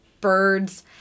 birds